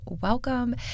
welcome